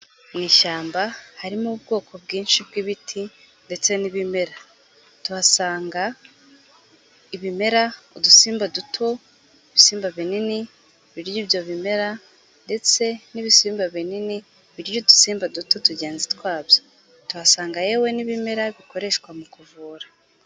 Mu ishyamba harimo ubwoko bwinshi bw'ibiti ndetse n'ibimera, tuhasanga ibimera, udusimba duto, ibisimba binini birya ibyo bimera ndetse n'ibisimba binini birya udusimba duto tugenzi twabyo, tuhasanga yewe n'ibimera bikoreshwa mu kuvura.